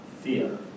Fear